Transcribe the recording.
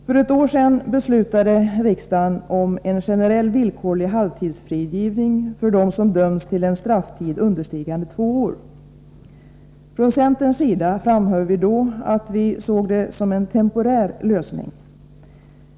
För ett år sedan beslutade riksdagen om en generell villkorlig halvtidsfrigivning för dem som dömts till en strafftid understigande två år. Från centerns sida framhöll vi då att vi såg det som en temporär lösning.